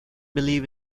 believe